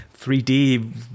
3D